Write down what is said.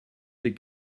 ces